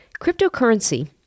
Cryptocurrency